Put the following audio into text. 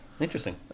interesting